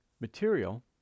material